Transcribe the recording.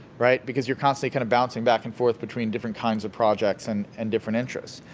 right? because you're constantly and bouncing back and forth between different kinds of projects and and different interests.